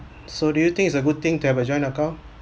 so do you think it's a good thing to have a joint account